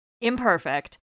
Imperfect